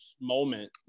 moment